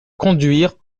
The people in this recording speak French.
conduire